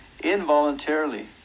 involuntarily